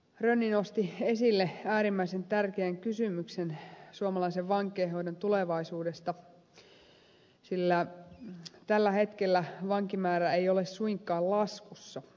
rönni nosti esille äärimmäisen tärkeän kysymyksen suomalaisen vankeinhoidon tulevaisuudesta sillä tällä hetkellä vankimäärä ei ole suinkaan laskussa päinvastoin